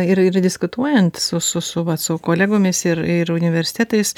ir ir diskutuojant su su su vat su kolegomis ir ir universitetais